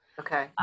Okay